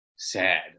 Sad